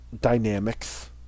dynamics